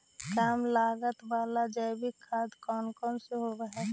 कम लागत वाला जैविक खेती कौन कौन से हईय्य?